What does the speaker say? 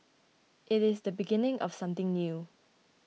it is the beginning of something new